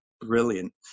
Brilliant